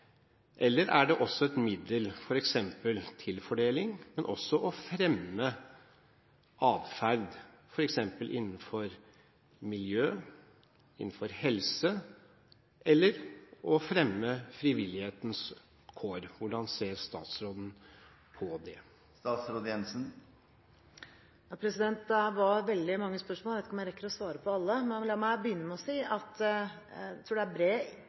eller er det også et middel f.eks. til fordeling og for å fremme adferd, f.eks. innenfor miljø og helse – eller å fremme frivillighetens kår? Hvordan ser statsråden på det? Dette var veldig mange spørsmål. Jeg vet ikke om jeg rekker å svare på alle. La meg begynne med å si at jeg tror det er bred